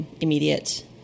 immediate